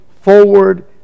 forward